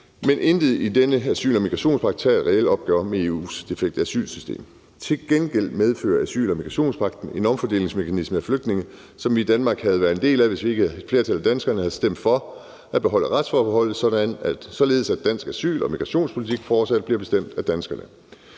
Men intet i den her asyl- og migrationspagt tager et reelt opgør med EU's defekte asylsystem. Til gengæld medfører asyl- og migrationspagten en omfordelingsmekanisme vedrørende flygtninge, som vi i Danmark havde været en del af, hvis ikke et flertal af danskerne havde stemt for at beholde retsforbeholdet, således at dansk asyl- og migrationspolitik fortsat bliver bestemt af danskerne.